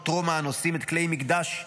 רומא הנושאים את כלי מקדש ירושלים,